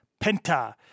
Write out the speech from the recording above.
Penta